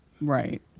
Right